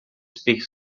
speak